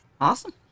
Awesome